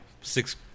six